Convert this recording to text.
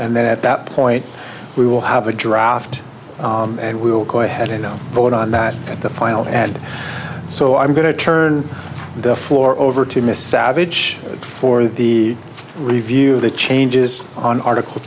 and then at that point we will have a draft and we will go ahead and no vote on that at the final and so i'm going to turn the floor over to miss savidge for the review of the changes on article